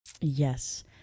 Yes